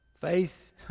Faith